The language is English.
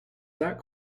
that